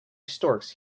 storks